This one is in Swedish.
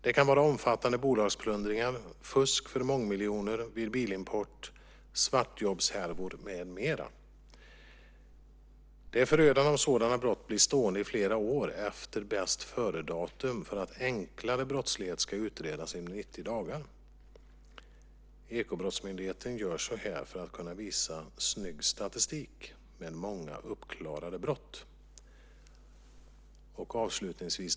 Det kan vara omfattande bolagsplundringar, fusk för mångmiljoner vid bilimport, svartjobbshärvor med mera. Det är förödande om sådana brott blir liggande i flera år efter bästföredatum för att enklare brottslighet ska utredas inom 90 dagar. Ekobrottsmyndigheten gör så för att kunna visa snygg statistik med många uppklarade brott.